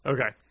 Okay